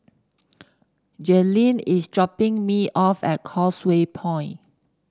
Jailene is dropping me off at Causeway Point